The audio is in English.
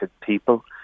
people